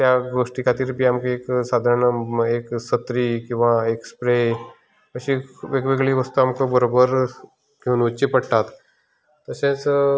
त्या गोष्टी खातीर बी आमकां एक सादारण एक सत्री किंवां एक स्प्रे अशी वेगवेगळी वस्तूं आमकां बरोबर घेवन वचचे पडटात तशेंच